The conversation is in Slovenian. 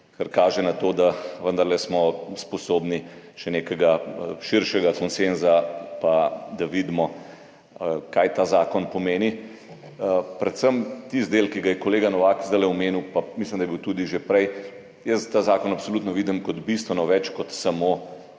kar kaže na to, da smo vendarle sposobni še nekega širšega konsenza pa da vidimo, kaj ta zakon pomeni. Predvsem tisti del, ki ga je kolega Novak zdajle omenil, pa mislim, da je bil tudi že prej, jaz ta zakon absolutno vidim kot bistveno več kot samo